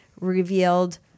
revealed